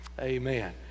Amen